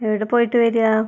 എവിടെ പോയിട്ട് വരുകയാ